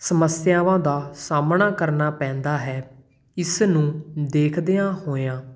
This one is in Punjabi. ਸਮੱਸਿਆਵਾਂ ਦਾ ਸਾਹਮਣਾ ਕਰਨਾ ਪੈਂਦਾ ਹੈ ਇਸ ਨੂੰ ਦੇਖਦਿਆਂ ਹੋਇਆਂ